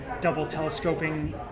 double-telescoping